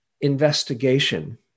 investigation